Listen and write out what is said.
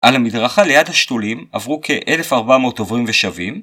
על המדרכה ליד השתולים עברו כ-1400 עוברים ושבים